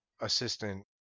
assistant